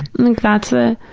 and think that's a,